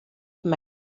mecca